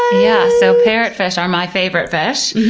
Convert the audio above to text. yeah so parrotfish are my favorite fish.